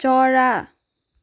चरा